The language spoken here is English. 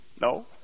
no